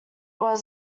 was